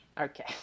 Okay